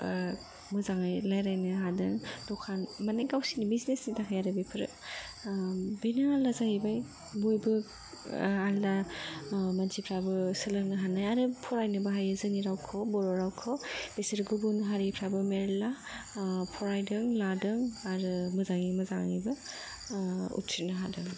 मोजाङै रायलायनो हादों मानि गावसिनि बिजनेसनि थाखाय आरो बेफोरो बेनो आलदा जाहैबाय बयबो आलदा मानसिफ्राबो सोलोंनो हानाय आरो फरायनोबो हायो जोंनि बर' रावखौ बिसोर गुबुन हारिफ्राबो मेरला फरायदों लादों आरो मोजाङै मोजांबो उथ्रिनो हादों